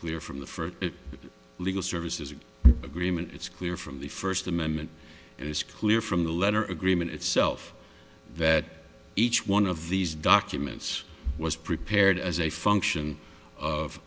clear from the first legal services agreement it's clear from the first amendment it's clear from the letter agreement itself that each one of these documents was prepared as a function of